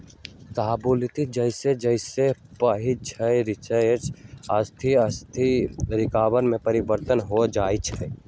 शाहबलूत जइसे जइसे पकइ छइ स्टार्च आश्ते आस्ते शर्करा में परिवर्तित हो जाइ छइ